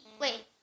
Wait